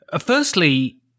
Firstly